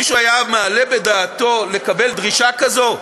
מישהו היה מעלה בדעתו לקבל דרישה כזאת?